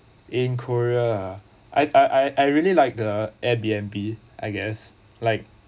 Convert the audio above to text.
in korea ah I I I I really like the air B_N_B I guess like